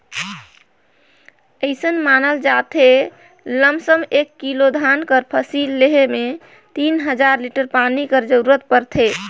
अइसन मानल जाथे लमसम एक किलो धान कर फसिल लेहे में तीन हजार लीटर पानी कर जरूरत परथे